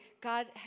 God